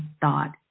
thought